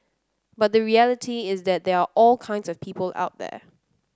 but the reality is that there are all kinds of people out there